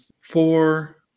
four